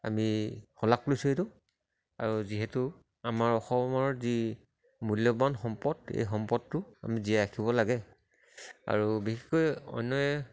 আমি শলাগ লৈছোঁ এইটো আৰু যিহেতু আমাৰ অসমৰ যি মূল্যবান সম্পদ এই সম্পদটো আমি জীয়াই ৰাখিব লাগে আৰু বিশেষকৈ অইনে